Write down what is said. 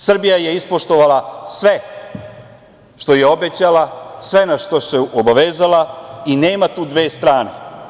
Srbija je ispoštovala sve što je obećala, sve našta se obavezala i nema tu dve strane.